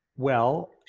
well,